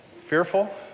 Fearful